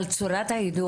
צריך לדבר על צורת היידוע.